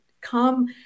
come